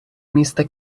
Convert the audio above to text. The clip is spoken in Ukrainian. міста